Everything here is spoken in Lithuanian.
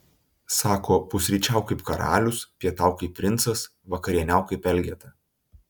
sako pusryčiauk kaip karalius pietauk kaip princas vakarieniauk kaip elgeta